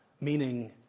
Meaning